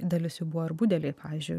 dalis jų buvo ir budeliai pavyzdžiui